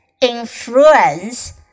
influence